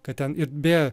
kad ten ir beje